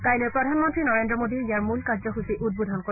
কাইলৈ প্ৰধানমন্ত্ৰী নৰেন্দ্ৰ মোদীয়ে ইয়াৰ মূল কাৰ্যসূচী উদ্বোধন কৰিব